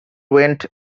went